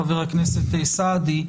חבר הכנסת סעדי,